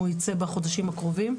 הוא ייצא בחודשים הקרובים.